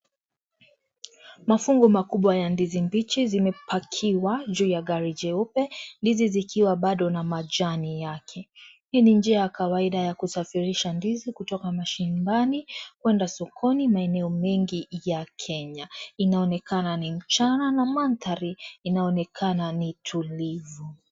Mafungo makubwa ya ndizi mbichi zimepakiwa juu ya gari jeupe ndizi zikiwa bado na majani yake. Ni njia ya kawaida ya kusafirisha ndizi kutoka mashambani kwenda sokoni maeneo mengi ya Kenya. Inaonekana ni mchana na mandhari inaonekana ni tulivu.